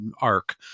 arc